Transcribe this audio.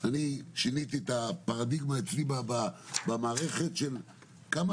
אני שיניתי את הפרדיגמה אצלי במערכת של כמה